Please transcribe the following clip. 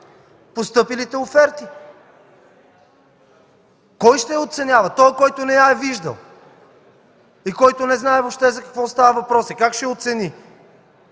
постъпилите оферти. Кой ще я оценява? Този, който не я е виждал и който не знае въобще за какво става въпрос? Как ще я оцени?